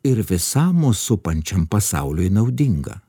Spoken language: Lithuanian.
ir visam mus supančiam pasauliui naudinga